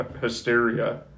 hysteria